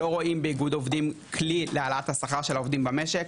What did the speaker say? לא רואים באיגוד עובדים כלי להעלאת השכר של העובדים במשק.